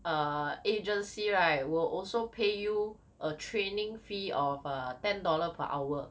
err agency right will also pay you a training fee of err ten dollar per hour